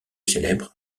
célèbre